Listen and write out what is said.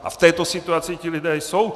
A v této situaci ti lidé jsou.